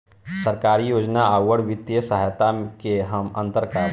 सरकारी योजना आउर वित्तीय सहायता के में का अंतर बा?